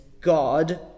God